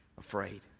afraid